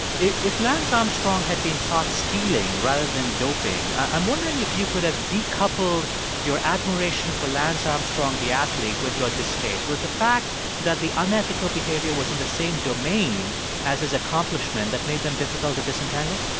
if lance armstrong had been caught stealing rather than doping, i'm wondering if you could have decoupled your admiration for lance armstrong the athlete with your distaste. was the fact that the unethical behavior was in the same domain as his accomplishment that made them difficult to disentangle?